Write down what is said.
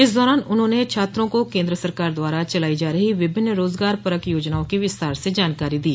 इस दौरान उन्होंने छात्रों को केन्द्र सरकार द्वारा चलाई जा रही विभिन्न रोजगार परख योजनाओं की विस्तार से जानकारी दी